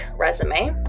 resume